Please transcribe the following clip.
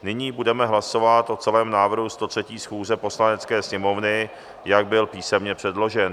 Nyní budeme hlasovat o celém návrhu 103. schůze Poslanecké sněmovny, jak byl písemně předložen.